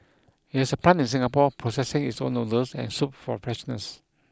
it has a plant in Singapore processing its own noodles and soup for freshness